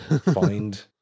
find